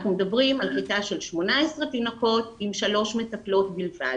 אנחנו מדברים על כיתה של 18 תינוקות עם שלוש מטפלות בלבד.